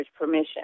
permission